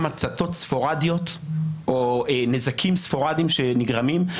הצתות ספורדיות או נזקים ספורדיים שנגרמים.